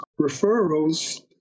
referrals